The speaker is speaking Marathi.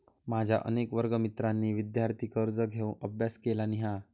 माझ्या अनेक वर्गमित्रांनी विदयार्थी कर्ज घेऊन अभ्यास केलानी हा